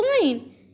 Fine